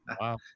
wow